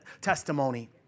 testimony